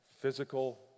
Physical